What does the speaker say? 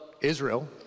Israel